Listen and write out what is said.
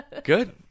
Good